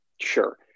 Sure